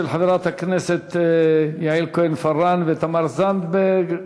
חברות הכנסת יעל כהן-פארן ותמר זנדברג.